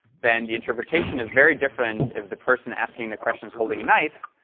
then, the interpretation is very different if the person asking the question is holding a knife,